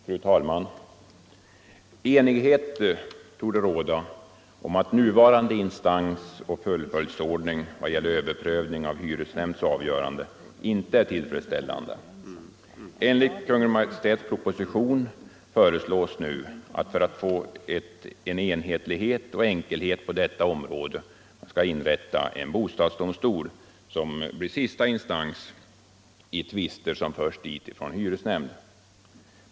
Fru talman! Enighet torde råda om att nuvarande instansoch fullföljdsordning vad gäller överprövning av hyresnämnds avgörande inte är tillfredsställande. I Kungl. Maj:ts proposition nr 151 föreslås nu att man för att nå enhetlighet och enkelhet på detta område skall inrätta en bostadsdomstol, som blir sista instans i tvister som förs dit från hyresnämnd.